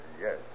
yes